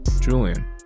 Julian